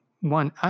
one